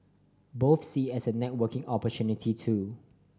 both see as a networking opportunity too